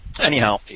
Anyhow